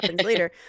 later